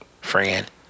friend